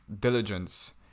Diligence